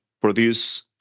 produce